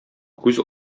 күз